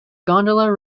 gondola